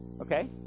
Okay